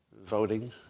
voting